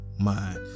Mind